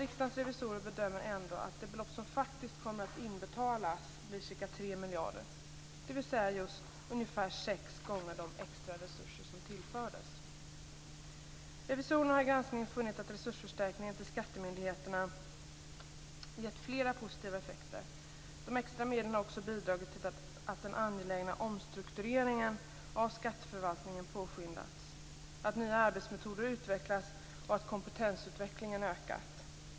Riksdagens revisorer bedömer ändå att det belopp som faktiskt kommer att inbetalas blir ca 3 miljarder, dvs. ungefär sex gånger de extra resurser som tillfördes. Revisorerna har i granskningen funnit att resursförstärkningen till skattemyndigheterna gett flera positiva effekter.